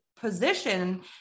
position